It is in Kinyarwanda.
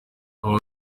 ubu